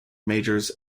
majors